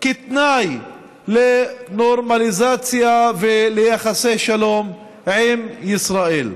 כתנאי לנורמליזציה וליחסי שלום עם ישראל.